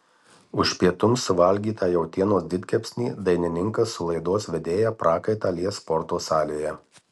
už pietums suvalgytą jautienos didkepsnį dainininkas su laidos vedėja prakaitą lies sporto salėje